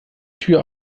tür